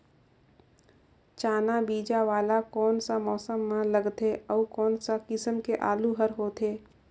चाना बीजा वाला कोन सा मौसम म लगथे अउ कोन सा किसम के आलू हर होथे?